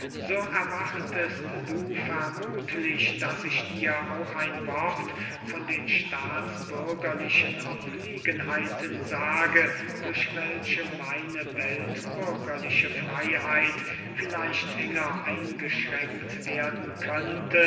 erwartest du vermuthlich daß ich dir auch ein wort von den staatsbürgerlichen obliegenheiten sage durch welche meine weltbürgerliche freyheit vielleicht enger eingeschränkt werden könnte